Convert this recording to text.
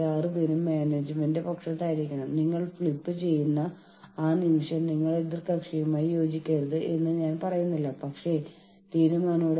അവർക്ക് സംഘടനയിൽ അനാവശ്യ സമ്മർദ്ദം ചെലുത്താൻ കഴിയും